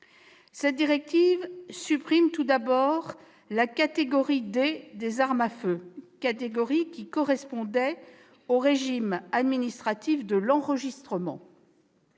Cette directive supprime tout d'abord la catégorie D des armes à feu, qui correspondait au régime administratif de l'enregistrement.